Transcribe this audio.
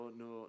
no